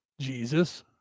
Jesus